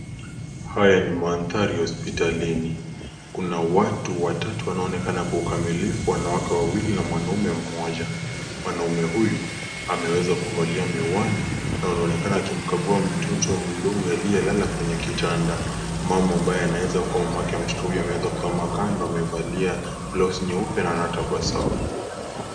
Haya ni mandhari ya hospitalini , kuna watu watatu wanaoonekana kwa ukamilifu wanawake wawili na mwanaume mmoja. Mwanaume huyu ameweza kuvalia miwani na anaonekana akimkagua mtoto mdogo aliyelele kwenye kitanda . Mama ambaye anaweza kuwa mamake mtoto huyu amesimama kando amevalia glosi nyeupe na anatabasamu.